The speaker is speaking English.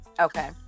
okay